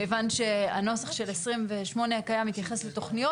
כיוון שהנוסח של 28 הקיים מתייחס לתכניות